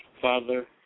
Father